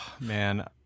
man